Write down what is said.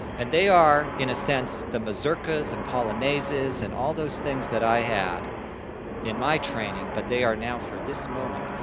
and they are in a sense the mazurkas and the polonaises and all those things that i had in my training, but they are now for this moment.